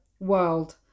world